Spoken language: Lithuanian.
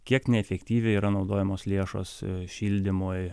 kiek neefektyviai yra naudojamos lėšos šildymui